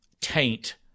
taint